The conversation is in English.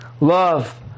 Love